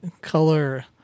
color